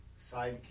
sidekick